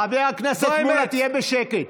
חבר הכנסת מולא, תהיה בשקט.